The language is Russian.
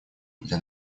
для